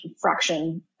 fraction